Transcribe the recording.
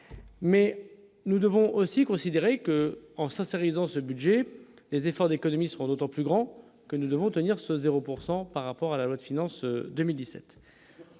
mais nous devons aussi considérer que, en sa série en ce budget les efforts d'économie sont d'autant plus grand que nous devons tenir ce 0 pourcent par par rapport à la loi de finances 2017